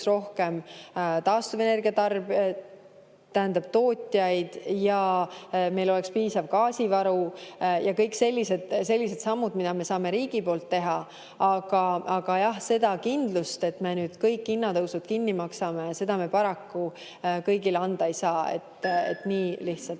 rohkem taastuvenergia tootjaid ja meil oleks piisav gaasivaru ja kõik sellised sammud, mida me saame riigi poolt teha. Aga jah, seda kindlust, et me kõik hinnatõusud kinni maksame, me paraku kõigile anda ei saa. Nii lihtsalt